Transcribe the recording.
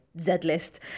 Z-list